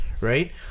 Right